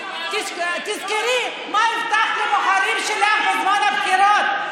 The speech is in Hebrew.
תזכרי מה הבטחת לבוחרים שלך בזמן הבחירות,